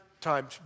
time